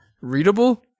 readable